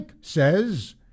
says